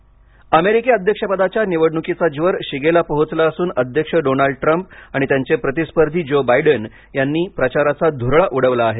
निवडणक अमेरिका अमेरिकी अध्यक्षपदाच्या निवडणुकीचा ज्वर शिगेला पोहोचला असून अध्यक्ष डोनाल्ड ट्रंप आणि त्यांचे प्रतिस्पर्धी जो बायडन यांनी प्रचाराचा धुरळा उडवला आहे